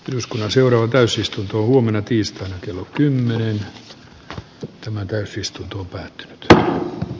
eduskunnan seuraava täysistunto huomenna tiistaina kello en pidä tätä kevennystä oikeana